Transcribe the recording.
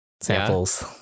samples